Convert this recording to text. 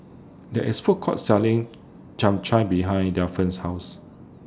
There IS Food Court Selling Chap Chai behind Delphia's House